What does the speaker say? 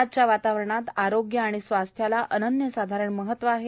आजच्या वातावरणात आरोग्य आणि स्वास्थ्याला अनन्यसाधारण महत्व आहे